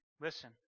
Listen